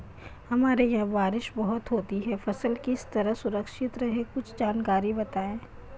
हमारे यहाँ बारिश बहुत होती है फसल किस तरह सुरक्षित रहे कुछ जानकारी बताएं?